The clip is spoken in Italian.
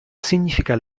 significa